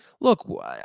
look